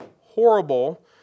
horrible